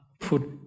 put